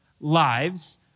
lives